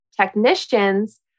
technicians